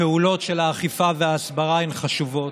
הפעולות של האכיפה וההסברה הן חשובות,